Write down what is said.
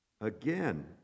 Again